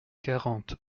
quarante